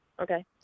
Okay